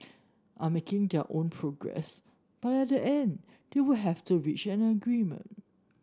are making their own progress but at the end they will have to reach an agreement